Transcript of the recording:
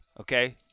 okay